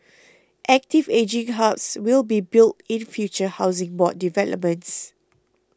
active ageing hubs will be built in future Housing Board developments